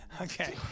Okay